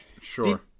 sure